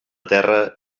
terra